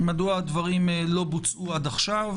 מדוע הדברים לא בוצעו עד כה,